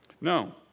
No